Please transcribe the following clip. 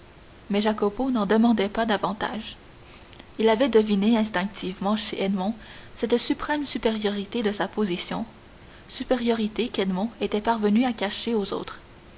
mais jacopo n'en demandait pas davantage il avait deviné instinctivement chez edmond cette suprême supériorité à sa position supériorité qu'edmond était parvenu à cacher aux autres